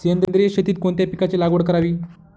सेंद्रिय शेतीत कोणत्या पिकाची लागवड करावी?